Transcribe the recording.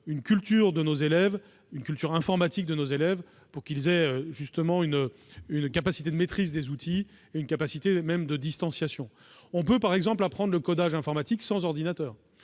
une culture informatique de nos élèves pour leur donner une capacité de maîtrise des outils et une aptitude à la distanciation. On peut, par exemple, apprendre le codage informatique sans ordinateur